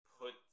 put